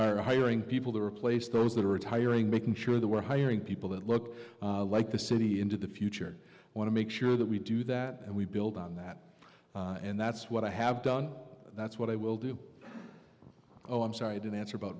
or hiring people to replace those that are retiring making sure that we're hiring people that look like the city into the future want to make sure that we do that and we build on that and that's what i have done that's what i will do oh i'm sorry to answer about